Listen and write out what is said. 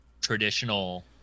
traditional